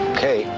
Okay